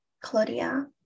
Claudia